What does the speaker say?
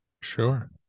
sure